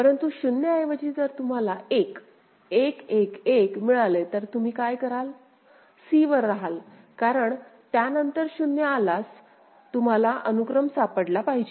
परंतु 0 ऐवजी जर तुम्हाला 1 1 1 1 मिळाले तर तुम्ही काय कराल c वर रहाल कारण त्यानंतर 0 आल्यास तुम्हाला अनुक्रम सापडला पाहिजे